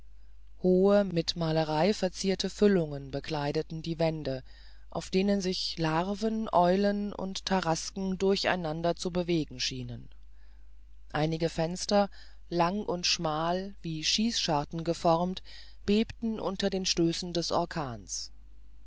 hohe mit malerei verzierte füllungen bekleideten die wände auf denen sich larven eulen und tarasken durcheinander zu bewegen schienen einige fenster lang und schmal wie schießscharten geformt bebten unter den stößen des orkans